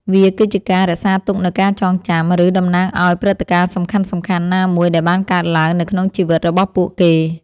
វាគឺជាការរក្សាទុកនូវការចងចាំ ឬតំណាងឱ្យព្រឹត្តិការណ៍សំខាន់ៗណាមួយដែលបានកើតឡើងនៅក្នុងជីវិតរបស់ពួកគេ។